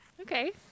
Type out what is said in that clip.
Okay